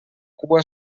cua